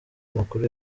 amakuru